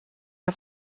auf